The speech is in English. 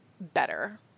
better